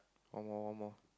one more one more